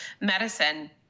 medicine